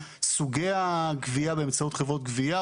סוגי הגבייה באמצעות חברות גבייה,